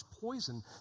poison